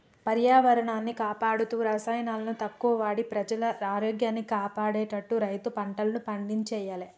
పర్యావరణాన్ని కాపాడుతూ రసాయనాలను తక్కువ వాడి ప్రజల ఆరోగ్యాన్ని కాపాడేట్టు రైతు పంటలను పండియ్యాలే